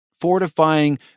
fortifying